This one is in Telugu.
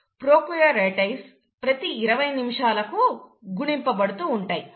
coli వంటి ప్రోకార్యోట్లు ప్రతి 20 నిమిషాలకు గుణింపబడుతూ ఉంటాయి